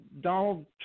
Donald